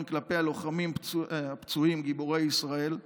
כלפי הלוחמים הפצועים גיבורי ישראל,